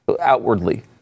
outwardly